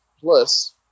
Plus